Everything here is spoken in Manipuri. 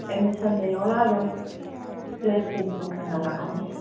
ꯑꯦꯗꯃꯤꯁꯟꯗ ꯌꯥꯎꯔꯛꯑꯔꯣꯏ ꯗ꯭ꯔꯦꯁꯀꯤꯅ ꯇꯣꯉꯥꯟꯅ ꯂꯥꯛꯑꯅꯤ